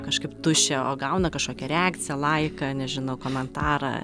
kažkaip tuščią o gauna kažkokią reakciją laiką nežinau komentarą